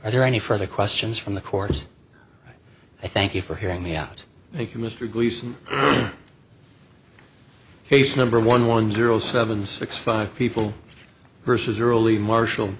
are there any further questions from the course i thank you for hearing me out thank you mr gleason his number one one zero seven six five people versus early marshall